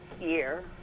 year